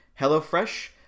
HelloFresh